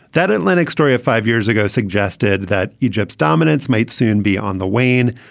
that atlantic story of five years ago suggested that egypt's dominance might soon be on the wane.